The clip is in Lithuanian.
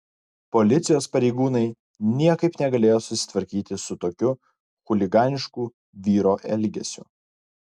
policijos pareigūnai niekaip negalėjo susitvarkyti su tokiu chuliganišku vyro elgesiu